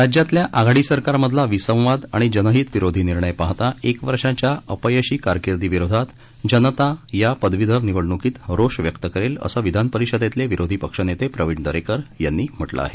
राज्यातील आघाडी सरकार मधला विसंवाद आणि जनहितविरोधी निर्णय पाहता एक वर्षाच्या अपयशी कारकिर्दी विरोधात जनता या पदवीधर निवडणुकीत रोष व्यक्त करेल असं विधान परिषदेतले विरोधी पक्षनेते प्रवीण दरेकर यांनी म्हटलं आहे